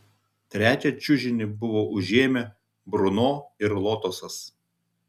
trečią čiužinį buvo užėmę bruno ir lotosas